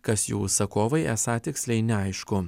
kas jų užsakovai esą tiksliai neaišku